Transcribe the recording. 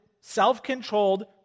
self-controlled